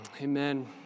Amen